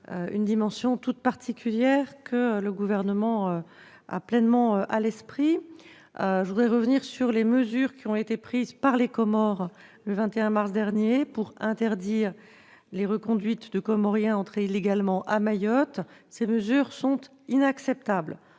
une dimension toute particulière, que le Gouvernement a pleinement à l'esprit. Je veux revenir sur les mesures inacceptables prises par les Comores le 21 mars dernier, pour interdire les reconduites de Comoriens entrés illégalement à Mayotte. Nous les avons publiquement